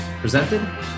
presented